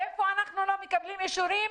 איפה אנחנו לא מקבלים אישורים?